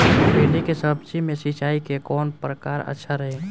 भिंडी के सब्जी मे सिचाई के कौन प्रकार अच्छा रही?